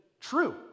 true